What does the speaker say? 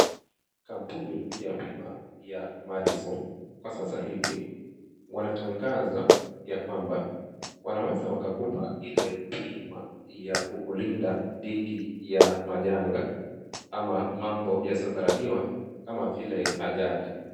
Kampuni ya bima ya Madison, kwa sasa hivi wanatangaza ya kwamba, wanaweza wakakupa ile bima ya kukulinda dhidhi ya majanga, ama mambo yasiyo tarajiwa kama vile ajali.